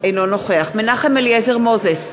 אינו נוכח מנחם אליעזר מוזס,